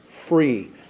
free